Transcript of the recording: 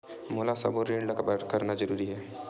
मोला सबो ऋण ला करना जरूरी हे?